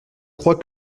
crois